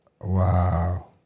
Wow